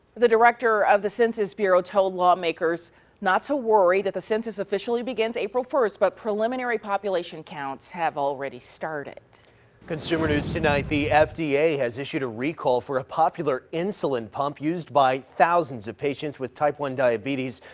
the director of the census bureau told lawmakers not to worry. the the census officially begins april first, but preliminary population counts have already started. in consumer news the f d a has issued a recall for a popular insulin pump used by thousands of patients with type one diabetes.